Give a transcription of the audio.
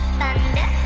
thunder